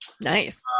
nice